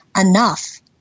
enough